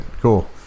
cool